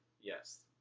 yes